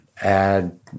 Add